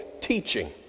teaching